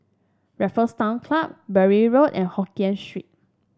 Raffles Town Club Bury Road and Hokien Street